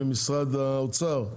ממשרד האוצר,